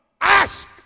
ask